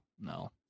no